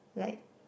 like